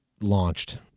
launched